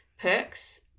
perks